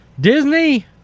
Disney